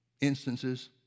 instances